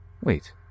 wait